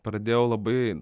pradėjau labai